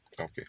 Okay